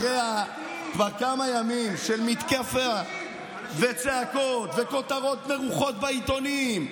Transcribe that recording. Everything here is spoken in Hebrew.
אחרי כבר כמה ימים של מתקפות וצעקות וכותרות מרוחות בעיתונים,